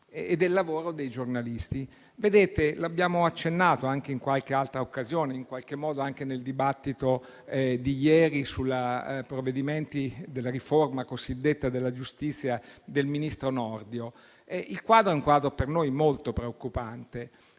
e del lavoro dei giornalisti. Come abbiamo accennato anche in qualche altra occasione, in qualche modo anche nel dibattito di ieri sul provvedimento che concerne la riforma cosiddetta della giustizia del ministro Nordio, il quadro è per noi molto preoccupante.